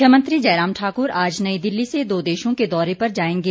मुख्यमंत्री जयराम ठाक्र आज नई दिल्ली से दो देशों के दौरे पर जायेंगे